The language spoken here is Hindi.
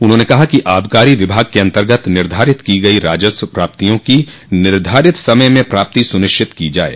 उन्होंने कहा कि आबाकारी विभाग के अर्तगत निर्धारित की गयी राजस्व प्राप्तियों की निर्धारित समय में प्राप्ति सुनिश्चित की जाये